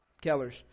Keller's